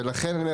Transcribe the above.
ולכן אני אומר,